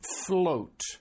float